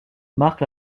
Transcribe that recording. marque